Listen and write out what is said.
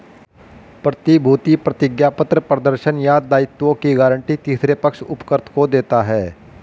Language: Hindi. प्रतिभूति प्रतिज्ञापत्र प्रदर्शन या दायित्वों की गारंटी तीसरे पक्ष उपकृत को देता है